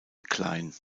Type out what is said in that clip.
klein